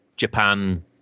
japan